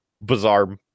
bizarre